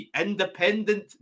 independent